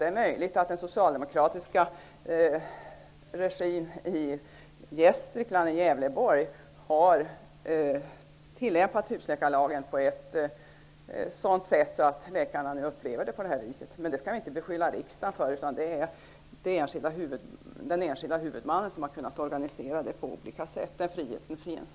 Det är möjligt att den socialdemokratiska regin i Gävleborg har tillämpat husläkarlagen på ett sådant sätt att läkarna nu upplever det på det här viset. Men det skall vi inte beskylla riksdagen för. Den enskilda huvudmannen har kunnat organisera det på olika sätt. Den friheten finns.